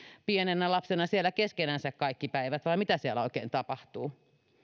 pienenä lapsena siellä keskenänsä kaikki päivät vai mitä siellä oikein tapahtuu